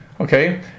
Okay